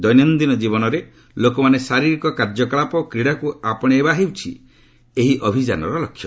ଦୈନନ୍ଦିନ ଜୀବନରେ ଲୋକମାନେ ଶାରିରୀକ କାର୍ଯ୍ୟକଳାପ ଓ କ୍ରୀଡ଼ାକୁ ଆପଣାଇବା ହେଉଛି ଏହି ଅଭିଯାନର ଲକ୍ଷ୍ୟ